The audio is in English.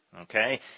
okay